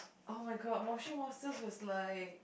[oh]-my-god Moshi-Monsters was like